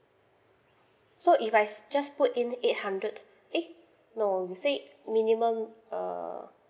so if I just put in eight hundred eh no you say minimum err